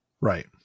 Right